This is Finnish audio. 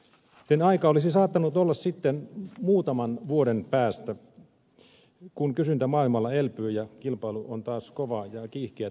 sen aika olisi saattanut olla sitten muutaman vuoden päästä kun kysyntä maailmalla elpyy ja kilpailu on taas kovaa ja kiihkeätä